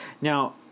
Now